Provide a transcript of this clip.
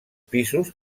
pisos